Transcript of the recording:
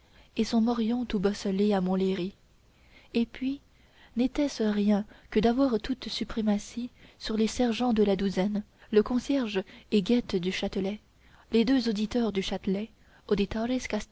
et son morion tout bosselé à montlhéry et puis n'était-ce rien que d'avoir toute suprématie sur les sergents de la douzaine le concierge et guette du châtelet les deux auditeurs du châtelet